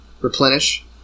replenish